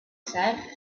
said